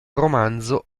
romanzo